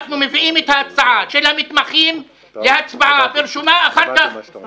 מביאים את ההצעה של המתמחים להצבעה בטרומית,